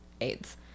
AIDS